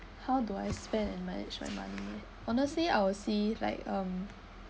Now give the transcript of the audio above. how do I spend and manage my money honestly I'll see like um